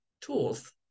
tools